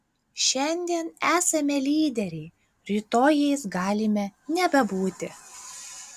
šiandien esame lyderiai rytoj jais galime nebebūti